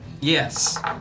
Yes